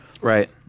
Right